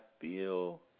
feel